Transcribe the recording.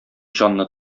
җанны